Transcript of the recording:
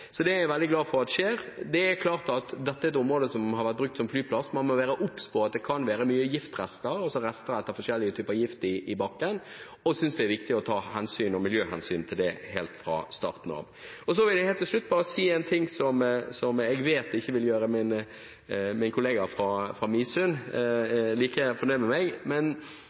Så det er jeg veldig glad for skjer. Men det er klart at når dette er et område som har vært brukt som flyplass, må man være obs på at det kan være mye giftrester, rester etter forskjellige typer gift, i bakken, og det er viktig å ta hensyn – og miljøhensyn – til det helt fra starten av. Så vil jeg helt til slutt bare si noe som jeg vet ikke vil gjøre min kollega fra Midsund like fornøyd med meg.